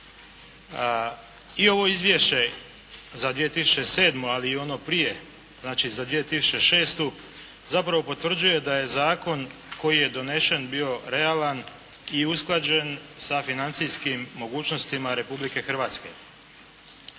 I ovo izvješće za 2007. a i ono prije znači za 2006. zapravo potvrđuje da je zakon koji je donesen bio realan i usklađen sa financijskim mogućnostima Republike Hrvatske.